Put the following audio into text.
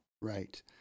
Right